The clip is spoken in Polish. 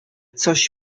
coś